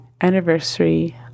anniversary